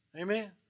Amen